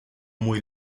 muy